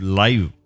live